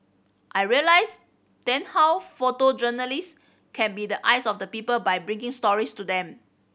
I realised then how photojournalist can be the eyes of the people by bringing stories to them